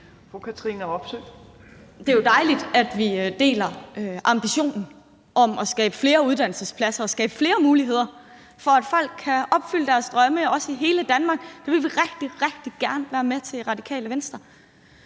Det er jo dejligt, at vi deler ambitionen om at skabe flere uddannelsespladser og skabe flere muligheder for, at folk kan opfylde deres drømme i hele Danmark. Det vil vi rigtig, rigtig gerne være med til i Radikale Venstre.